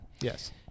Yes